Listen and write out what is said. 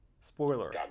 Spoiler